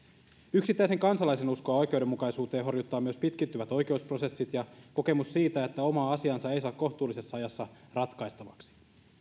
yksittäisen kansalaisen uskoa oikeudenmukaisuuteen horjuttavat myös pitkittyvät oikeusprosessit ja kokemus siitä että omaa asiaansa ei saa kohtuullisessa ajassa ratkaistavaksi